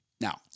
now